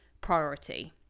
priority